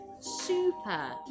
super